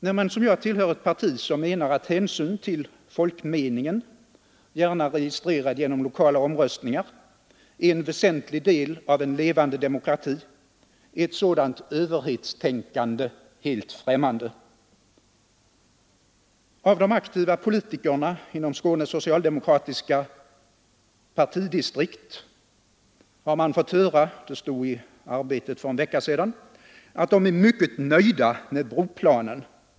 När man som jag tillhör ett parti som menar att hänsyn till folkmeningen, gärna registrerad genom lokala folkomröstningar, är en väsentlig del av en levande demokrati, är ett sådant överhetstänkande helt främmande. Av de aktiva politikerna inom Skånes socialdemokratiska partidistrikt har man fått höra — det stod i Arbetet för en vecka sedan — att de är mycket nöjda med broplanen.